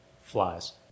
flies